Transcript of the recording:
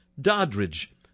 Doddridge